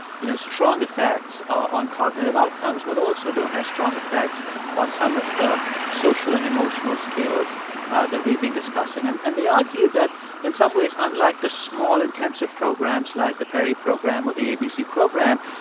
you know, strong effects on cognitive outcomes but also don't have strong effects on some of the social and emotional skills ah that we've been discussing. and and they argued that in some ways, unlike the small, intensive programs like the perry program or the abc program,